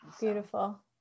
Beautiful